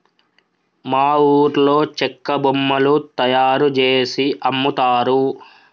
మా ఊర్లో చెక్క బొమ్మలు తయారుజేసి అమ్ముతారు